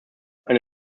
eine